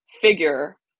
figure